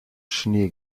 schnee